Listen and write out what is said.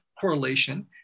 correlation